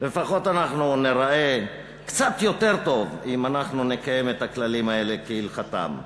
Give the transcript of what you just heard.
לפחות אנחנו ניראה קצת יותר טוב אם נקיים את הכללים האלה כהלכתם.